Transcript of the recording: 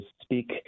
speak